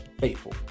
faithful